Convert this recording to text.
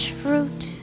fruit